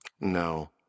No